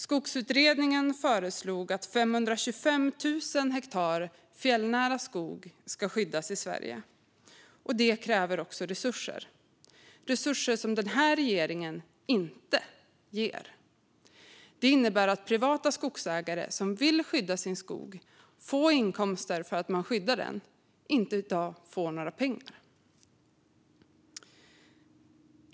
Skogsutredningen föreslog att 525 000 hektar fjällnära skog ska skyddas i Sverige, och det kräver också resurser. Det är resurser som den här regeringen inte ger. Det innebär att privata skogsägare som vill skydda sin skog, och får inkomster från skogen, i dag inte får pengar.